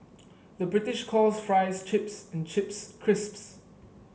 the British calls fries chips and chips crisps